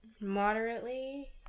moderately